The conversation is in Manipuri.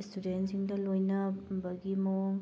ꯏꯁꯇꯨꯗꯦꯟꯁꯤꯡꯗ ꯂꯣꯏꯅꯕꯒꯤ ꯃꯑꯣꯡ